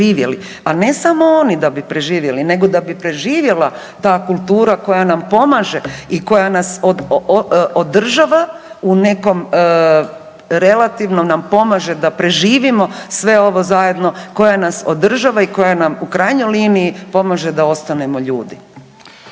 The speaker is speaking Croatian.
a ne samo oni da bi preživjeli nego da bi preživjela ta kultura koja nam pomaže i koja nas održava u nekom relativno nam pomaže da preživimo sve ovo zajedno koja nas održava i koja nam u krajnjoj liniji pomaže da ostanemo ljudi.